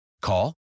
Call